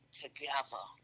together